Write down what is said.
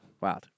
Wow